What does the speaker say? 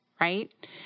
right